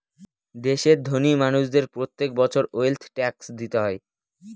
দেশের ধোনি মানুষদের প্রত্যেক বছর ওয়েলথ ট্যাক্স দিতে হয়